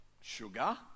sugar